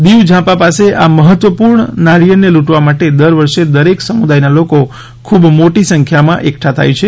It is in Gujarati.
દિવ ઝાંપા પાસે આ મહત્વપૂર્ણ નારિયેળ ને લૂંટવા દર વર્ષે દરેક સમુદાય ના લોકો ખૂબ મોટી સંખ્યામાં એકઠા થાય છે